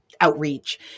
outreach